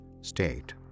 state